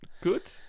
Good